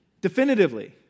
definitively